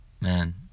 Man